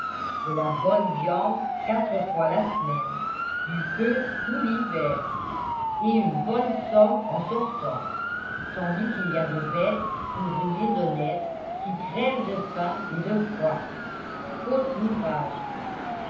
de la bonne viande quatre fois la semaine du feu tout l'hiver et une bonne somme en sortant tandis qu'il y a des bêtes d'ouvriers honnêtes qui crèvent de faim et de froid faute d'ouvrage